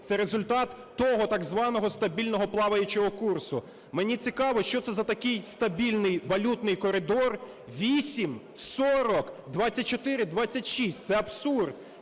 це результат того так званого стабільного плаваючого курсу? Мені цікаво, що це за такий стабільний валютний коридор: 8, 40, 24, 26? Це абсурд!